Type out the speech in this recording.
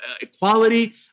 equality